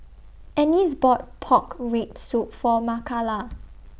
Ennis bought Pork Rib Soup For Makala